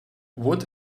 what